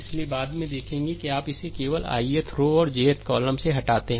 इसलिए बाद में देखेंगे कि आप इसे केवल ith रो और jth कॉलम से हटाते हैं